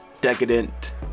decadent